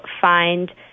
find